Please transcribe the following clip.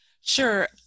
Sure